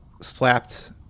slapped